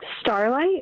Starlight